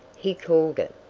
he called it,